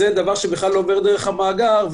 זה דבר שבכלל לא עובר דרך המאגר,